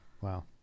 Wow